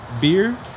beer